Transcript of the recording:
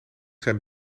zijn